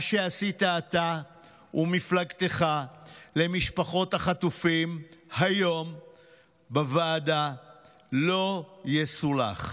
מה שעשיתם אתה ומפלגתך למשפחות החטופים היום בוועדה לא יסולח.